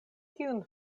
tiun